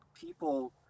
people